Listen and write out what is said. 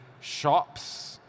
shops